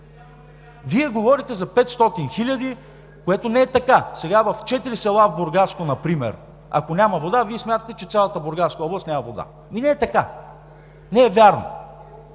Вие говорите за 500 хиляди, което не е така. Сега в четири села в Бургаско например, ако няма вода, Вие смятате, че в цялата Бургаска област няма вода. Ами не е така, не е вярно.